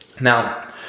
Now